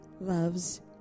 loves